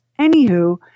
Anywho